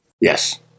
Yes